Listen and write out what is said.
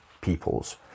peoples